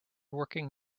working